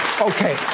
okay